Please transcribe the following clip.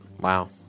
wow